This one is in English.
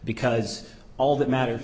because all that matters